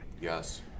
yes